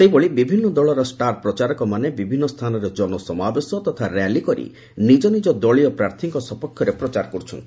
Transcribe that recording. ସେହିଭଳି ବିଭିନ୍ନ ଦଳର ଷ୍ଟାର୍ ପ୍ରଚାରକମାନେ ବିଭିନ୍ନ ସ୍ଥାନରେ ଜନସମାବେଶ ତଥା ର୍ୟାଲି କରି ନିଜ ନିଜ ଦଳୀୟ ପ୍ରାର୍ଥୀଙ୍କ ସପକ୍ଷରେ ପ୍ରଚାର କରୁଛନ୍ତି